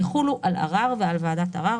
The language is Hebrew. יחולו על ערר ועל ועדת ערר,